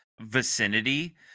vicinity